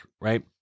right